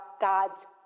God's